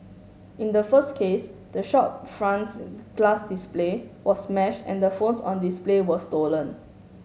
in the first case the shop front's glass display was smash and the phones on display were stolen